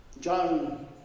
John